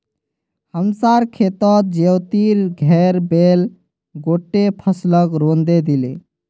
हमसार खेतत ज्योतिर घेर बैल गोट्टे फसलक रौंदे दिले